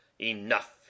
Enough